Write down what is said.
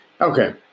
Okay